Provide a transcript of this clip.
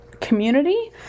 community